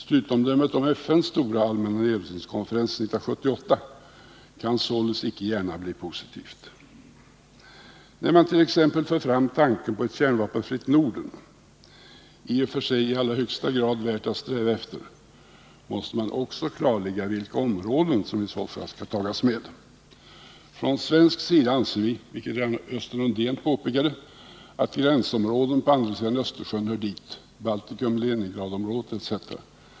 Slutomdömet om FN:s stora allmänna nedrustningskonferens 1978 kan således inte gärna bli positivt. När man tt.ex. för fram tanken på ett kärnvapenfritt Norden — i och för sig i allra högsta grad värt att sträva efter — måste man också klarlägga vilka områden som i så fall bör tas med. Från svensk sida anser vi, vilket redan Östen Undén påpekade, att gränsområden på andra sidan Östersjön hör dit — Baltikum, Leningradområdet etc.